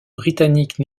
britannique